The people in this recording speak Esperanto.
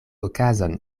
okazon